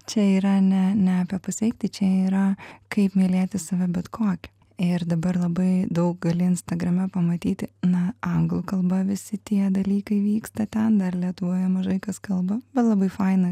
čia yra ne ne pasveikti čia yra kaip mylėti save bet kokį ir dabar labai daug gali instagrame pamatyti na anglų kalba visi tie dalykai vyksta ten dar lietuvoje mažai kas kalba bet labai faina